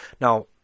Now